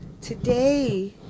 today